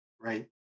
right